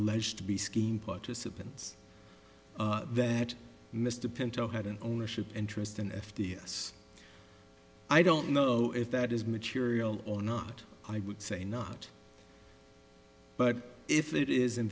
alleged to be scheme participants that mr pinto had an ownership interest in f d s i don't know if that is material or not i would say not but if it is in